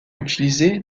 utilisé